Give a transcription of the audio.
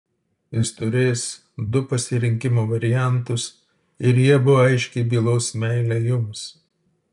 jis turės du pasirinkimo variantus ir jie abu aiškiai bylos meilę jums